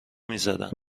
میزدن